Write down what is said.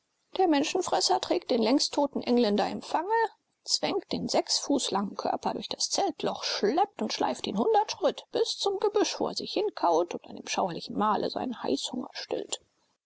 der menschenfresser trägt den längst toten engländer im fange zwängt den sechs fuß langen körper durch das zeltloch schleppt und schleift ihn hundert schritt bis zum gebüsch wo er sich hinkauert und an dem schauerlichen mahle seinen heißhunger stillt